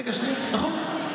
רגע, שנייה, נכון.